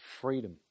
freedom